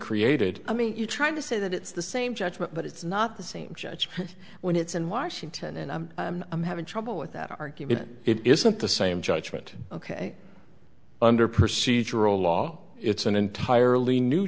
created i mean you're trying to say that it's the same judgment but it's not the same judge when it's in washington and i'm having trouble with that argument it isn't the same judgment ok under procedural law it's an entirely new